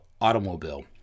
Automobile